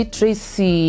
Tracy